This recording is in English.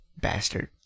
bastard